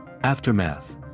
Aftermath